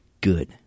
Good